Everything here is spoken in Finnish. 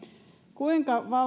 kuinka